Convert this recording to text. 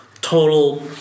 total